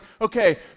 okay